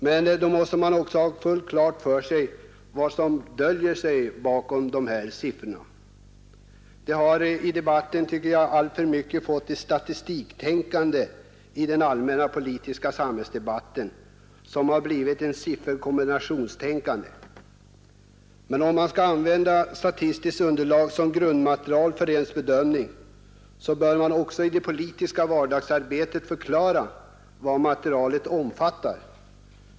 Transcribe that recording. Men då måste man ha fullt klart för sig vad som döljer sig bakom dessa siffror. Vi har i den allmänna politiska samhällsdebatten fått ett statistiktänkande, som har blivit ett sifferkombinationstänkande. Om vi skall använda statistiskt underlag som grundmaterial för vår bedömning, bör vi också i det politiska vardagsarbetet förklara vad materialet omfattar.